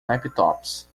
laptops